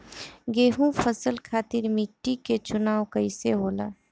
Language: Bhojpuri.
गेंहू फसल खातिर मिट्टी के चुनाव कईसे होला?